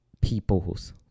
peoples